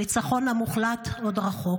הניצחון המוחלט עוד רחוק.